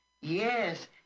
Yes